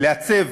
לעצב